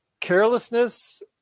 Carelessness